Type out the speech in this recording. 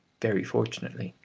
very fortunately,